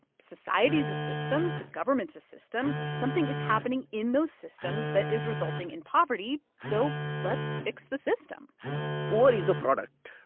society is a system. the government's a system. something is happening in those systems that is resulting in poverty, so let's fix the system poor is a product.